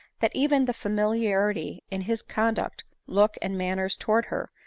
that even the familiarity in his conduct, look and manner towards her,